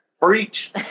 Breach